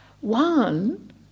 One